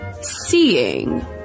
seeing